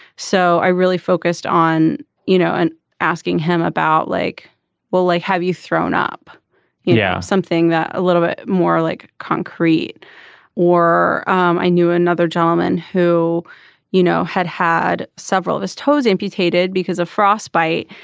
so i really focused on you know and asking him about like well like have you thrown up you know something that a little bit more like concrete or um i knew another gentleman who you know had had several of his toes amputated because of frost bite.